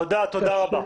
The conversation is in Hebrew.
תודה רבה.